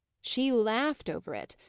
she laughed over it.